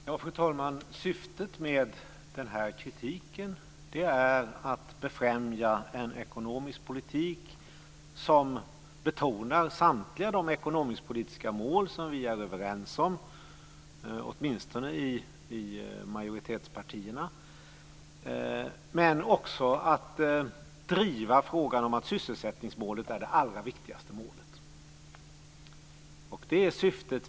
Fru talman! Syftet med kritiken är att befrämja en ekonomisk politik som betonar samtliga de ekonomisk-politiska mål som vi är överens om, åtminstone i majoritetspartierna, men också att driva frågan om att sysselsättnigsmålet är det allra viktigaste målet. Det är syftet.